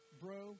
bro